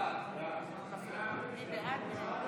מי בעד?